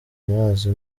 mazi